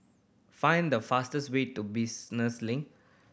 find the fastest way to Business Link